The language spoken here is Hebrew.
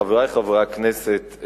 חברי חברי הכנסת,